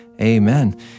Amen